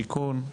שיכון?